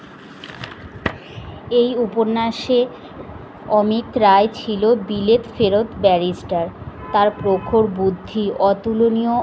এই উপন্যাসে অমিত রায় ছিল বিলেত ফেরত ব্যারিস্টার তার প্রখর বুদ্ধি অতুলনীয়